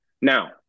now